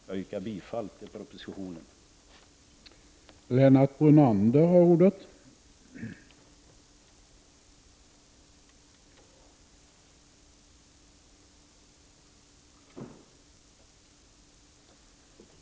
Jag yrkar bifall till utskottets hemställan, vilket innebär bifall till propositionen.